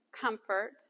comfort